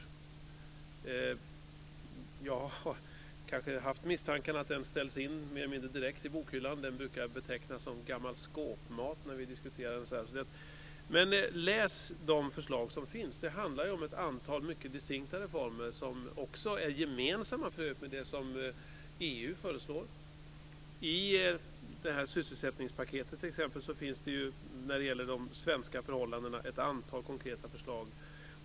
Jag har kanske haft misstanken att den mer eller mindre direkt ställts in i bokhyllan. Den brukar betecknas som gammal skåpmat när vi diskuterar den. Läs de förslag som där finns! Det handlar om en rad mycket distinkta reformer, som också är desamma som de som EU föreslår. I t.ex. sysselsättningspaketet för svenska förhållanden finns det ett antal konkreta förslag.